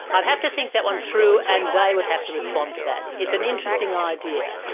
i'd have to think that one through and they would have to respond to that. it's an interesting idea.